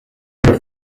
your